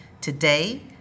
Today